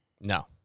No